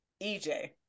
EJ